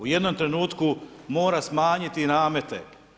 U jednom trenutku mora smanjiti namete.